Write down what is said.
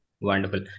wonderful